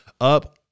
up